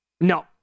No